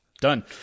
Done